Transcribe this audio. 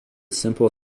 simple